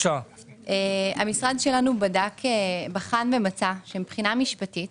המשרד שלנו בחן ומצא שמבחינה משפטית,